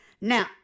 Now